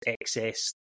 excess